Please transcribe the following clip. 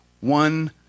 one